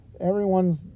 everyone's